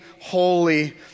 holy